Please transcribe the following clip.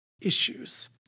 issues